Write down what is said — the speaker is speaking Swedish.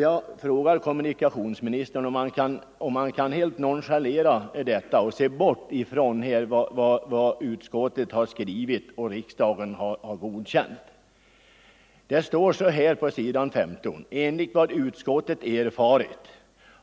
Jag frågar kommunika Om bibehållande tionsministern om han helt kan nonchalera detta. Kan kommunikations — av Bromma ministern bortse från vad utskottet skrivit och riksdagen godkänt? På = flygplats s. 15 i betänkandet heter det: ”Enligt vad utskottet erfarit